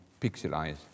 pixelized